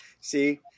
See